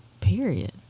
period